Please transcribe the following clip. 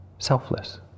selfless